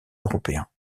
européens